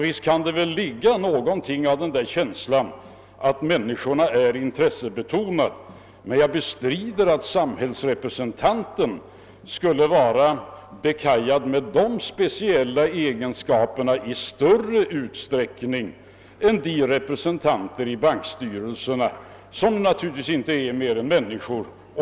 Visst kan det väl ligga någonting i invändningen att människorna är intressebundna, men jag bestrider att det allmännas representanter skulle vara utrustade med den egenskapen i större utsträckning än de som nu sitter i bankstyrelserna och som ju inte är mer än människor.